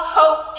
hope